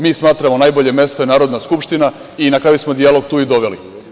Mi smatrao da je najbolje mesto Narodna skupština i na kraju smo dijalog tu i doveli.